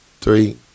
Three